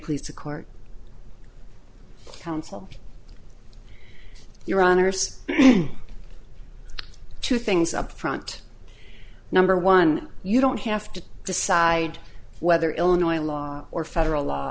please the court counsel your honors two things up front number one you don't have to decide whether illinois law or federal law